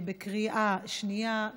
בקריאה שנייה.